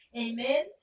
Amen